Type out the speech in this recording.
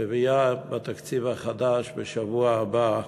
שמביאה בתקציב החדש, בשבוע הבא,